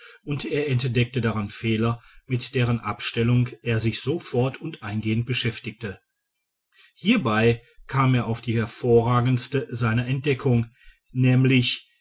und er entdeckte daran fehler mit deren abstellung er sich sofort und eingehend beschäftigte hierbei kam er auf die hervorragendste seiner entdeckungen nämlich